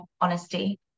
honesty